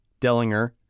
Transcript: Dellinger